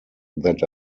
that